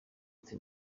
ati